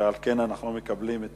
ועל כן אנחנו מקבלים את